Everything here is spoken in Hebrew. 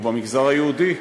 ובמגזר היהודי,